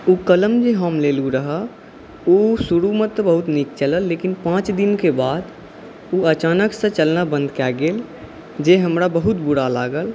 ओ कलम जे हम लेलहुॅं रहऽ ओ शुरूमे तऽ बहुत नीक चलल लेकिन पाँच दिनक बाद ओ अचानकसँ चलना बन्द भऽ गेल जे हमरा बहुत बुरा लागल